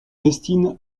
destine